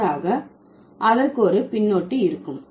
மாறாக அதற்கு ஒரு பின்னொட்டு இருக்கும்